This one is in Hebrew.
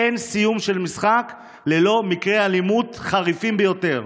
אין סיום של משחק ללא מקרי אלימות חריפים ביותר.